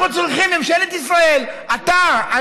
אנחנו צריכים, ממשלת ישראל, אני אתה,